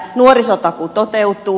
nuorisotakuu toteutuu